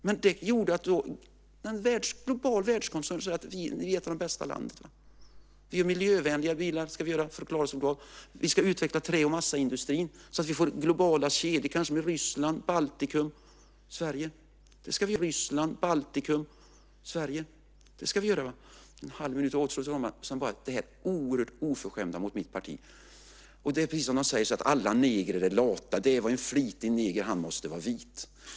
Men det gjorde att man från en global världskoncern sade: Ni är ett av de bästa länderna! Vi ska göra miljövänliga bilar. Det ska vi göra för att klara oss bra. Vi ska utveckla trä och massaindustrin så att vi får globala kedjor, kanske med Ryssland, Baltikum och Sverige. Det ska vi göra. Under min sista halva minut vill jag avsluta med det oerhört oförskämda mot mitt parti. Det är precis som när någon säger: Alla negrer är lata. Det var en flitig neger - han måste vara vit!